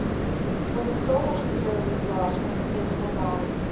when the soul or spirit withdraws from the physical body,